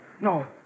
No